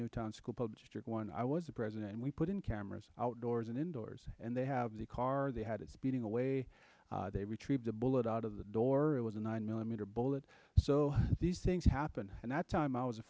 newtown school pub just one i was the president and we put in cameras outdoors and indoors and they have the car they had speeding away they retrieved the bullet out of the door it was a nine millimeter bullet so these things happen and that time i was a